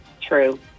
True